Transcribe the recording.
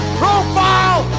profile